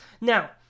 Now